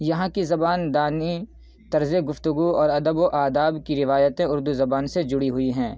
یہاں کی زبان دانی طرزِ گفتگو اور ادب و آداب کی روایتیں اردو زبان سے جڑی ہوئی ہیں